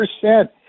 percent